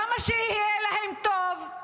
למה שיהיה להם טוב?